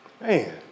Man